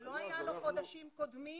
ולא היה לו חודשים קודמים,